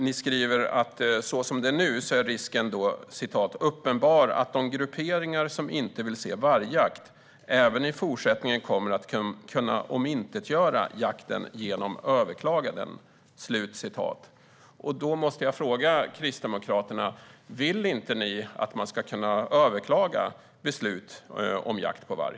Ni skriver att så som det är nu är risken "uppenbar att de grupperingar som inte vill se vargjakt även i fortsättningen kommer att kunna omintetgöra jakten genom överklaganden". Vill inte Kristdemokraterna att man ska kunna överklaga beslut om jakt på varg?